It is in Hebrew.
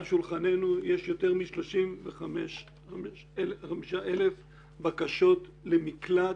על שולחננו יש יותר מ-35,000 בקשות למקלט,